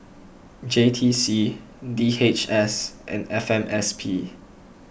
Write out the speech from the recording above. J T C D H S and F M S P